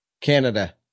Canada